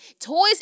Toys